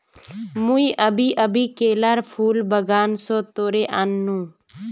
मुई अभी अभी केलार फूल बागान स तोड़े आन नु